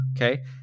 okay